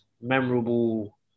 memorable